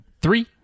three